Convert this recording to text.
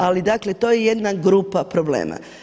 Ali dakle, to je jedna grupa problema.